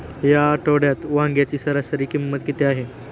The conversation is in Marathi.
या आठवड्यात वांग्याची सरासरी किंमत किती आहे?